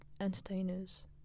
entertainers